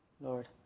Lord